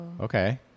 okay